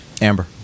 Amber